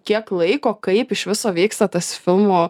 kiek laiko kaip iš viso vyksta tas filmų